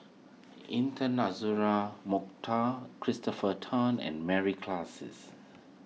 Intan Azura Mokhtar Christopher Tan and Mary Klasses